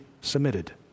submitted